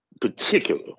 particular